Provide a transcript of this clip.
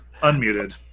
Unmuted